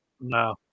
No